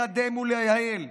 לקדם ולייעל,